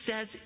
says